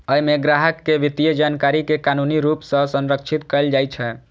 अय मे ग्राहक के वित्तीय जानकारी कें कानूनी रूप सं संरक्षित कैल जाइ छै